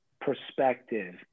perspective